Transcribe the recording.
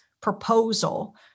proposal